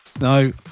No